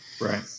Right